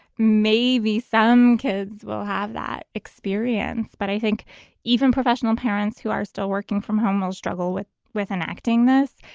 maybe some kids will have that experience. but i think even professional parents who are still working from home will struggle with with an acting this.